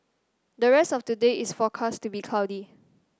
the rest of today is forecast to be cloudy